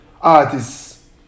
artists